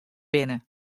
binne